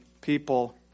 people